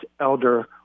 Elder